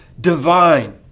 divine